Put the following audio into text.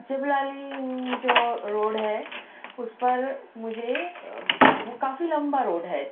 جبلا link جو روڈ ہے اُس پر مجھے وہ کافی لمبا روڈ ہے